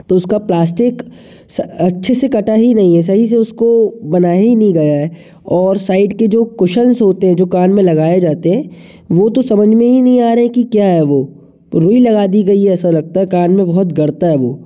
तो उसका प्लास्टिक स अच्छे से कटा ही नहीं है सही से उसको बनाया ही नहीं गया है और साइड के जो कुशन्स होते हैं जो कान में लगाए जाते हैं वो तो समझ में ही नहीं आ रहे है कि क्या है वो रूई लगा दी गई ऐसा लगता है कान में बहुत गड़ता है वो